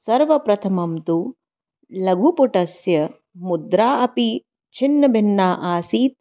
सर्वप्रथमं तु लघुपुटस्य मुद्रा अपि छिन्नभिन्ना आसीत्